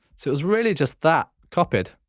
so it was really just that copied.